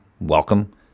Welcome